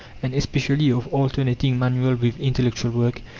and especially of alternating manual with intellectual work,